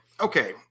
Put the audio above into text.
Okay